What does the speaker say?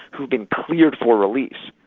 who've been cleared for release,